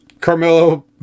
Carmelo